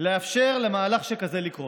לאפשר למהלך שכזה לקרות,